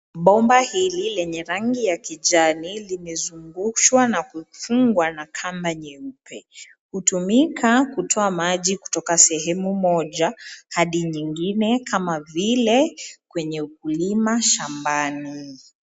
Bomba hili lenye rangi ya kijani limezungushwa na kufungwa na kamba nyeupe. Hutumika kutoa maji kutoka sehemu moja hadi nyingine kama vile kwenye ukulima shambani.